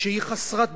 שהיא חסרת ביטחון,